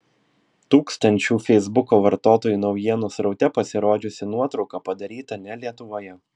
tūkstančių feisbuko vartotojų naujienų sraute pasirodžiusi nuotrauka padaryta ne lietuvoje